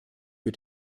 für